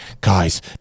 guys